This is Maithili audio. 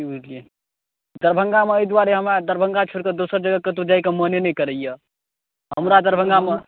की बुझलियै दरभङ्गा मे अछि दुआरे हमरा दरभङ्गा छोरि कऽ दोसर जगह कतौ जाइके मोने नहि करैया हमरा दरभङ्गा मे